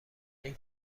این